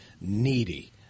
needy